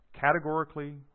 categorically